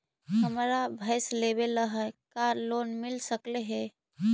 हमरा भैस लेबे ल है का लोन मिल सकले हे?